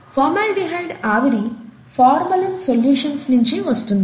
formaldehyde ఆవిరి formalin solutions నించి వస్తుంది